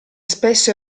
spesso